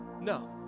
no